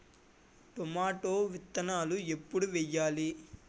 Tomato విత్తనాలు ఎప్పుడు వెయ్యాలి?